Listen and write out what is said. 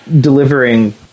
delivering